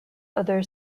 other